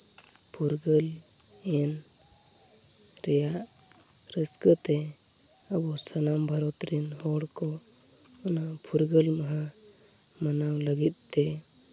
ᱯᱷᱩᱨᱜᱟᱹᱞᱮᱱ ᱨᱮᱭᱟᱜ ᱨᱟᱹᱥᱠᱟᱹᱛᱮ ᱟᱵᱚ ᱥᱟᱱᱟᱢ ᱵᱷᱟᱨᱚᱛ ᱨᱮᱱ ᱦᱚᱲ ᱠᱚ ᱚᱱᱟ ᱯᱷᱩᱨᱜᱟᱹᱞ ᱢᱟᱦᱟ ᱢᱟᱱᱟᱣ ᱞᱟᱹᱜᱤᱫ ᱛᱮ